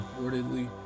reportedly